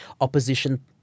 opposition